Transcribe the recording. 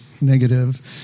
negative